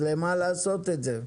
אז למה לעשות את זה?